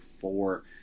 four